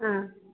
ആ